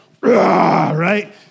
right